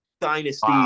dynasty